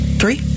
three